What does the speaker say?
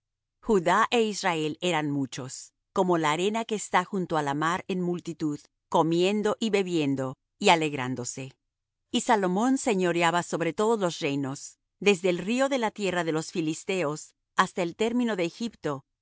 judá é israel eran muchos como la arena que está junto á la mar en multitud comiendo y bebiendo y alegrándose y salomón señoreaba sobre todos los reinos desde el río de la tierra de los filisteos hasta el término de egipto y